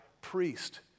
priest